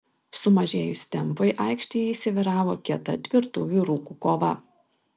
sumažėjus tempui aikštėje įsivyravo kieta tvirtų vyrukų kova